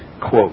Quote